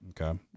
Okay